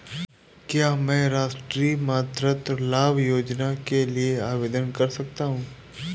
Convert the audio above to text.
क्या मैं राष्ट्रीय मातृत्व लाभ योजना के लिए आवेदन कर सकता हूँ?